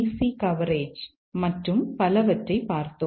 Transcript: C coverage மற்றும் பலவற்றைப் பார்த்தோம்